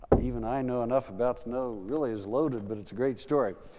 even i know enough about to know really is loaded, but it's a great story.